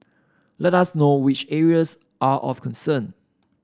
let us know which areas are of concern